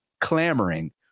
clamoring